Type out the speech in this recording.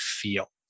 feel